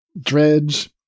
Dredge